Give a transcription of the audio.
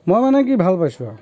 মই মানে কি ভাল পাইছোঁ আৰু